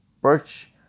Birch